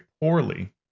poorly